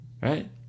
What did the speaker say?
Right